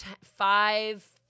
five